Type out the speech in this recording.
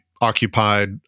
occupied